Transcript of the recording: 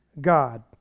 God